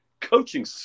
coaching